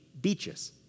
beaches